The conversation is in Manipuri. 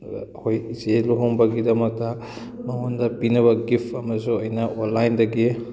ꯑꯗꯨꯒ ꯑꯩꯈꯣꯏ ꯏꯆꯦ ꯂꯨꯍꯣꯡꯕꯒꯤꯗꯃꯛꯇ ꯃꯉꯣꯟꯗ ꯄꯤꯅꯕ ꯒꯤꯐ ꯑꯃꯁꯨ ꯑꯩꯅ ꯑꯣꯟꯂꯥꯏꯟꯗꯒꯤ